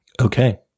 Okay